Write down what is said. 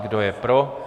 Kdo je pro?